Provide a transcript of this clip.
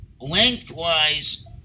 lengthwise